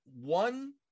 one